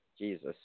Jesus